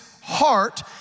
heart